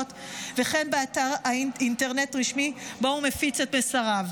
וכן באתר אינטרנט רשמי שבו הוא מפיץ את מסריו.